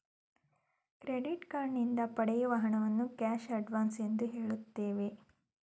credit card ನಿಂದ ಪಡೆಯುವ ಹಣವನ್ನು ಕ್ಯಾಶ್ ಅಡ್ವನ್ಸ್ ಎಂದು ಹೇಳುತ್ತೇವೆ